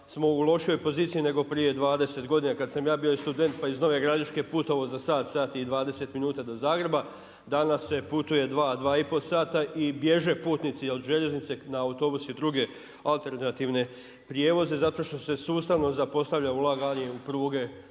smo u lošijoj poziciji nego prije 20 godina kad sam ja bio student pa iz Nove Gradiške putovao za sat, sat i 20 minuta do Zagreba. Danas se putuje 2, 2 i pol sata i bježe putnici od željeznice na autobus i druge alternativne prijevoze zato što se sustavno zapostavlja ulaganje u pruge